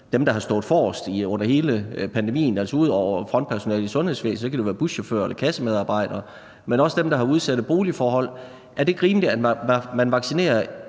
dem, der har stået forrest under hele pandemien? Ud over frontpersonalet i sundhedsvæsenet kan det jo være buschauffører eller kassemedarbejdere, men også dem, der har udsatte boligforhold. Er det ikke rimeligt, at man vaccinerer